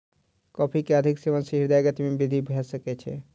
coffee के अधिक सेवन सॅ हृदय गति में वृद्धि भ सकै छै